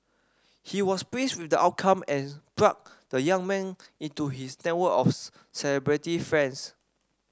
he was pleased with the outcome and plugged the young man into his network of celebrity friends